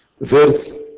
verse